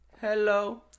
Hello